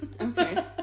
okay